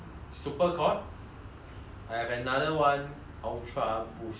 I have another one ultra boost so 是这两双 lor